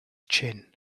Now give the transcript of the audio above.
chin